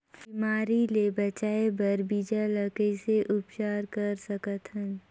बिमारी ले बचाय बर बीजा ल कइसे उपचार कर सकत हन?